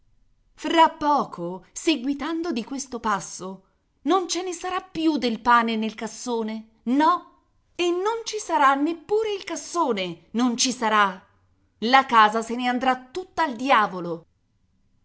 fra poco seguitando di questo passo non ce ne sarà più del pane nel cassone no e non ci sarà neppure il cassone non ci sarà la casa se ne andrà tutta al diavolo